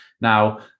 Now